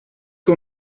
que